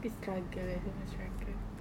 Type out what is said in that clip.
tapi struggle memang struggle